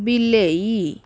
ବିଲେଇ